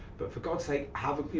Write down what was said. but for god's sake, you